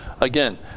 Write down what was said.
again